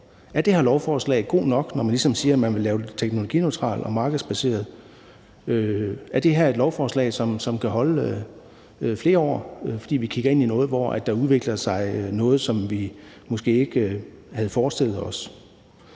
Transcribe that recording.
Er det her lovforslag godt nok, når man ligesom siger, at man vil lave det teknologineutralt og markedsbaseret? Er det her et lovforslag, som kan holde flere år? For vi kigger ind i noget, hvor noget udvikler sig, som vi måske ikke havde forestillet os.